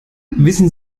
wissen